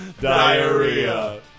diarrhea